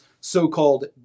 so-called